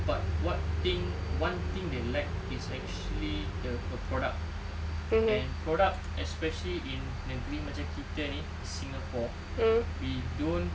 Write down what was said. but what thing one thing they lack is actually a a product and product especially in negeri macam kita ni singapore we don't